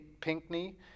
Pinkney